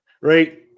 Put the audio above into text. Right